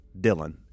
Dylan